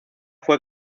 fue